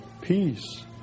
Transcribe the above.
peace